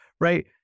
right